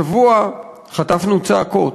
השבוע חטפנו צעקות.